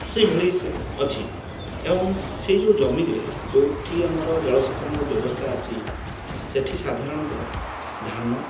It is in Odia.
ସେଇଭଳି ଅଛି ଏବଂ ସେଇ ଯେଉଁ ଜମିରେ ଯେଉଁଠି ଆମର ଜଳସେଚନର ବ୍ୟବସ୍ଥା ଅଛି ସେଇଠି ସାଧାରଣତଃ ଧାନ